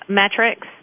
metrics